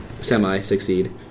Semi-succeed